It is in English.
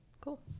Cool